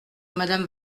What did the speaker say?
madame